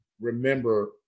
remember